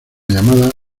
llamada